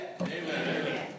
Amen